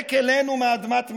זועק אלינו מאדמת מירון.